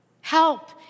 help